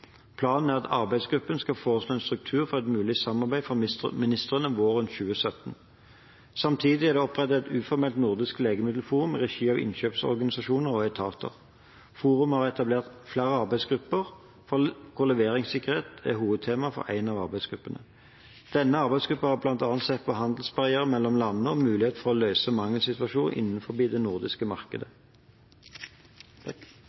Planen er at arbeidsgruppen skal foreslå en struktur for et mulig samarbeid for ministrene våren 2017. Samtidig er det opprettet et uformelt nordisk legemiddelforum i regi av innkjøpsorganisasjoner og etater. Forumet har etablert flere arbeidsgrupper, hvor leveringssikkerhet er hovedtema for en av arbeidsgruppene. Denne arbeidsgruppen har bl.a. sett på handelsbarrierer mellom landene og muligheter for å løse mangelsituasjoner innenfor det nordiske markedet.